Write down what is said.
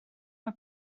mae